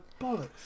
bollocks